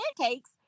pancakes